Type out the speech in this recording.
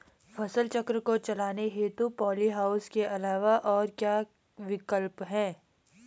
फसल चक्र को चलाने हेतु पॉली हाउस के अलावा और क्या क्या विकल्प हैं?